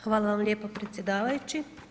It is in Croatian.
Hvala vam lijepo predsjedavajući.